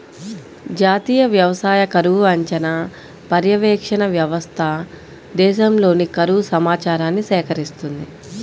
జాతీయ వ్యవసాయ కరువు అంచనా, పర్యవేక్షణ వ్యవస్థ దేశంలోని కరువు సమాచారాన్ని సేకరిస్తుంది